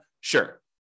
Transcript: Sure